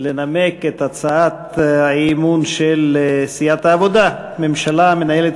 לנמק את הצעת האי-אמון של סיעת העבודה: הממשלה מנהלת